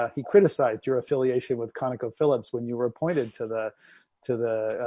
he criticized your affiliation with conoco phillips when you were appointed to the to the ah,